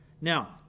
Now